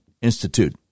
Institute